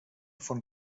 von